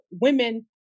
women